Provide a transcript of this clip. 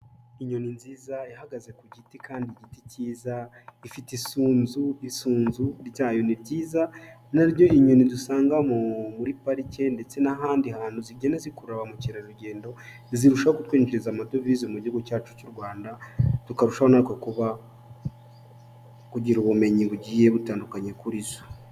Inyoni nziza ihagaze ku giti kandi igiti cyiza ifite isunzu. Isunzu ryayo ni ryiza. Nayo ni inyoni dusanga muri parike ndetse n'ahandi hantu zigenda zikurura ba mukerarugendo zirushaho kutwinjiza amadovize mu gihugu cyacu cy'u Rwanda tukarusho na kugira ubumenyi bugiye butandukanye kuri zo.